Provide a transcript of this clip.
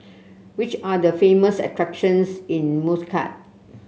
which are the famous attractions in Muscat